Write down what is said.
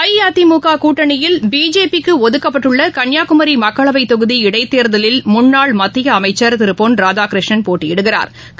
அஇஅதிமுககூட்டனியில் BJP க்குஒதுக்கப்பட்டுள்ளகன்னியாகுமரிமக்களவைத் தொகுதி இடைத்தோ்தலில் முன்னாள் மத்தியஅமைச்சா் திருபொன் ராதாகிருஷ்ணன் போட்டியிடுகிறாா்